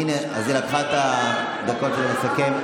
הינה, אז היא לקחה את הדקות כדי לסכם.